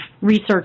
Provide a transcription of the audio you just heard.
research